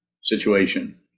situation